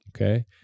Okay